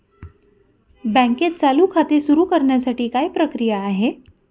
बँकेत चालू खाते सुरु करण्यासाठी काय प्रक्रिया आहे?